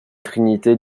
trinité